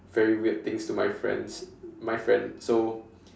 very weird things to my friends my friend so